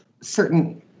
certain